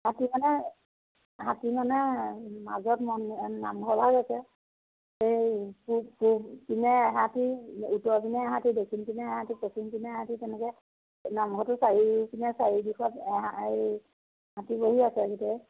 হাতী মানে হাতী মানে মাজত নামঘৰভাগ আছে এই পূৱ পূৱপিনে এহাতী উত্তৰপিনে এহাতী দক্ষিণপিনে এহাতী পশ্চিমপিনে এহাতী তেনেকৈ নামঘৰটোৰ চাৰিওপিনে চাৰিও দিশত এই হাতী বহি আছে গোটেই